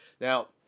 Now